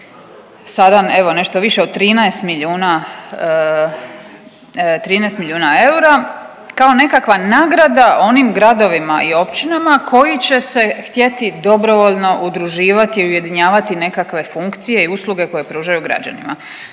evo nešto više od 13 milijuna eura kao nekakva nagrada onim gradovima i općinama koji će se htjeti dobrovoljno udruživati i ujedinjavati nekakve funkcije i usluge koje pružaju građanima.